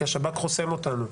כי השב"כ חוסם אותנו.